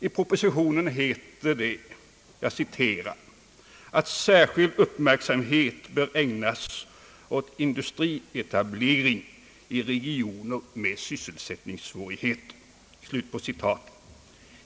I propositionen heter det att »särskild uppmärksamhet bör ägnas åt industrietablering i regioner med sysselsättningssvårigheter».